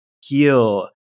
heal